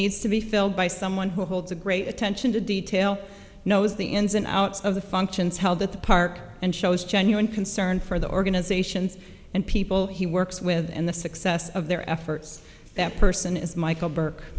needs to be filled by someone who holds a great attention to detail knows the ins and outs of the functions held at the park and shows genuine concern for the organizations and people he works with and the success of their efforts that person is michael burke